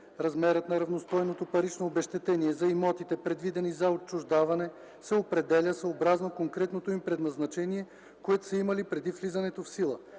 Размерът на равностойното парично обезщетение за имотите, предвидени за отчуждаване, се определя съобразно конкретното им предназначение, което са имали преди влизането в сила,